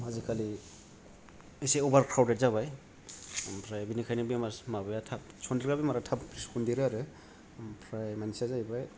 आजिखालि एसे अबार क्रावदेद जाबाय ओमफ्राय बिनिखायनो बेमार माबाया थाब सनदेरग्रा बेमारा थाब सनदेरो आरो ओमफ्राय मोनसेया जायैबाय